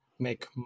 make